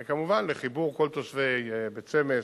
וכמובן, לחיבור כל תושבי בית-שמש